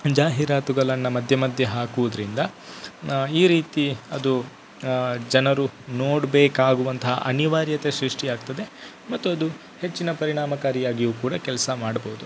ಜಾಹೀರಾತುಗಳನ್ನು ಮಧ್ಯ ಮಧ್ಯ ಹಾಕುವುದ್ರಿಂದ ಈ ರೀತಿ ಅದು ಜನರು ನೋಡಬೇಕಾಗುವಂತಹ ಅನಿವಾರ್ಯತೆ ಸೃಷ್ಟಿ ಆಗ್ತದೆ ಮತ್ತದು ಹೆಚ್ಚಿನ ಪರಿಣಾಮಕಾರಿಯಾಗಿಯೂ ಕೂಡ ಕೆಲಸ ಮಾಡ್ಬೋದು